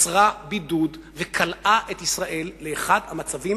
יצרה בידוד וקלעה את ישראל לאחד המצבים